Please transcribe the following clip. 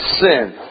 sin